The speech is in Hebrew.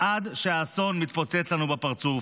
עד שהאסון מתפוצץ לנו בפרצוף,